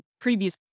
previous